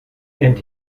and